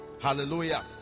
Hallelujah